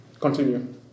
continue